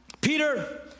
Peter